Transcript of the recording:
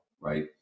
right